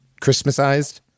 Christmasized